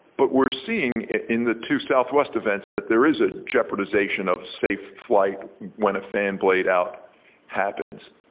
but we're seeing in the two southwest events that there is a jeopardization of safe flight when a fan blade out happens.